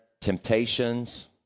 temptations